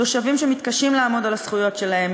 תושבים שמתקשים לעמוד על הזכויות שלהם,